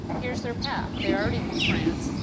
here's their path. they're already in france.